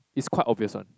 it's quite obvious one